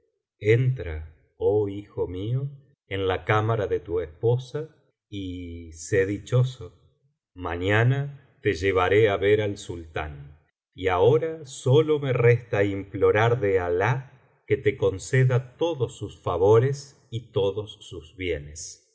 entra oh hijo mío en la cámara de tu esposa y sé dichoso ma biblioteca valenciana generalitat valenciana las mil noches y una noche ñaña te llevaré á ver al sultán y ahora sólo me resta implorar de alah que te conceda todos sus favores y todos sus bienes